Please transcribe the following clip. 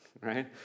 Right